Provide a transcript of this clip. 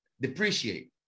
depreciate